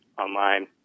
online